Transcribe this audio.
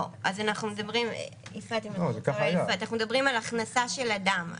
לא, אנחנו מדברים על הכנסה של אדם.